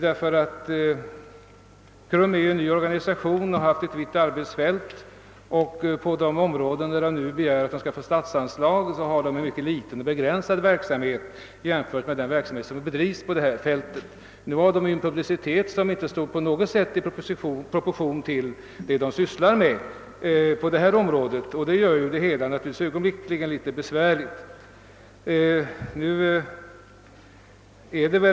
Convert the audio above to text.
KRUM är en ny organisation, som på det område där förbundet verkar och som man nu begär att förbundet skall få statsanslag för, bedriver en mycket begränsad verksamhet jämfört med det arbete som utföres på hela fältet. Förbundet har också fått en publicitet som inte på något sätt står i proportion till dess arbete, ett förhållande som gör hela denna fråga litet besvärlig.